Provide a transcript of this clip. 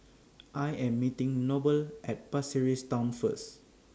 I Am meeting Noble At Pasir Ris Town First